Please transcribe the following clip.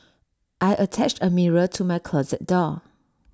I attached A mirror to my closet door